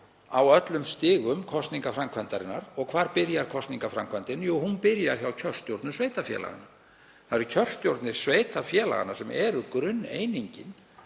á öllum stigum kosningaframkvæmdarinnar. Og hvar byrjar kosningaframkvæmdin? Jú, hún byrjar hjá kjörstjórnum sveitarfélaganna. Kjörstjórnir sveitarfélaganna eru grunneiningin